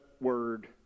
word